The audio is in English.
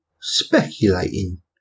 speculating